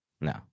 No